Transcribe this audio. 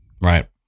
Right